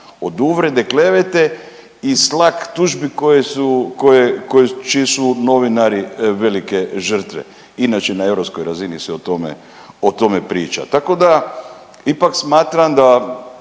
od uvrede, klevete i slapp tužbi koje su, koje, čiji su novinari velike žrtve. Inače na europskoj razini se o tome, o tome priča. Tako da ipak smatram da